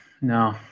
No